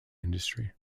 industry